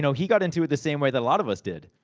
so he got into it the same way that a lot of us did.